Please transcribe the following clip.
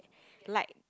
like